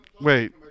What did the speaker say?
Wait